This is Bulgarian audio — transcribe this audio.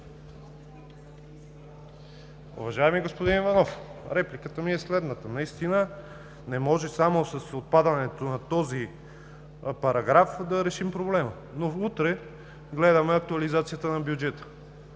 Уважаеми господин Иванов, репликата ми е следната. Наистина не може само с отпадането на този параграф да решим проблема. Утре гледаме актуализацията на бюджета.